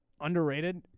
underrated